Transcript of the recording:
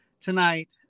tonight